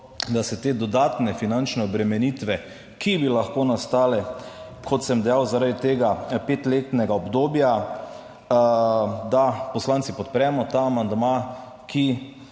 da se te dodatne finančne obremenitve, ki bi lahko nastale, kot sem dejal, zaradi tega petletnega obdobja, da poslanci podpremo ta amandma, ki